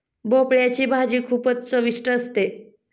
भोपळयाची भाजी खूपच चविष्ट असते